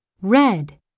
red